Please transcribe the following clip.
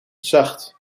zacht